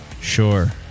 Sure